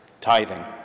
Tithing